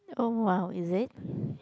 oh !wow! is it